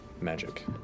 magic